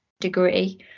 degree